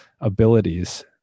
abilities